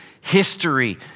history